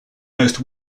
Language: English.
most